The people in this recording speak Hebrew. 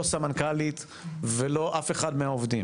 לא סמנכ"לית ולא אף אחד מהעובדים,